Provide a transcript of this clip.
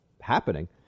happening